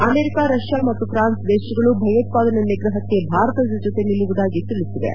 America Russia ಮತ್ತು France ದೇಶಗಳು ಭಯೋತ್ಲಾದನೆ ನಿಗ್ರಹಕ್ಕೆ ಭಾರತದ ಜೊತೆ ನಿಲ್ಲುವುದಾಗಿ ತಿಳಿಬಿವೆ